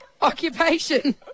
Occupation